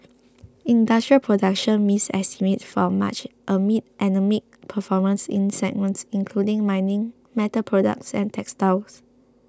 industrial production missed estimates for March amid anaemic performance in segments including mining metal products and textiles